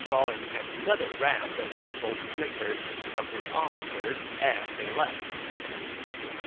drawing another round of muffled snickers from his officers as they left